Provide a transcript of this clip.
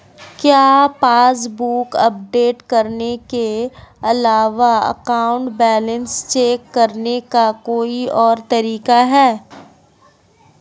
क्या passbook update करने के अलावा अकाउंट बैलेंस चेक करने का कोई और तरीका है?